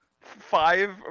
five